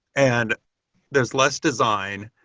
and there's less design.